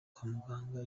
kwamuganga